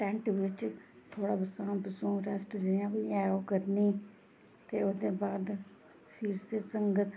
tent बिच्च थोह्ड़ा बसोना बसां रैस्ट जियां बी ऐ ओह् करनी फ्ही ओह्दे बाद फ्ही सतसंग